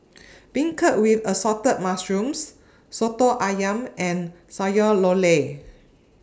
Beancurd with Assorted Mushrooms Soto Ayam and Sayur